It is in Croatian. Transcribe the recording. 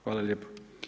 Hvala lijepo.